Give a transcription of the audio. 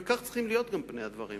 וכך צריכים להיות פני הדברים.